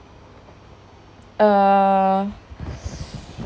err